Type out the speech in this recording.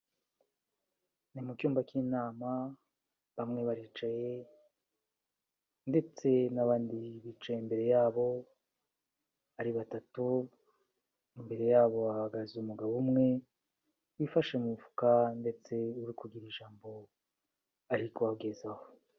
Ni mu cyumba cy'inama bamwe baricaye ndetse n'abandi bicaye imbere yabo ari batatu, imbere yabo hahagaze umugabo umwe wifashe mu mufuka ndetse uri kugira ijambo ari kubagezaho.